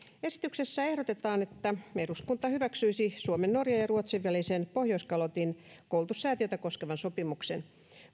esityksessä ehdotetaan että eduskunta hyväksyisi suomen norjan ja ruotsin välisen pohjoiskalotin koulutussäätiötä koskevan sopimuksen